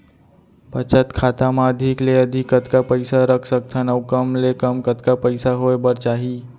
बचत खाता मा अधिक ले अधिक कतका पइसा रख सकथन अऊ कम ले कम कतका पइसा होय बर चाही?